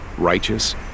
Righteous